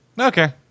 okay